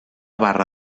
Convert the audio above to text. barra